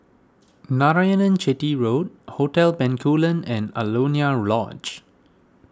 Narayanan Chetty Road Hotel Bencoolen and Alaunia Lodge